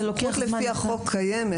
הזכות לפי החוק קיימת,